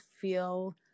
feel